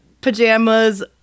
pajamas